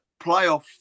playoff